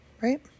right